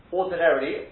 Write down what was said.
ordinarily